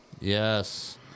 Yes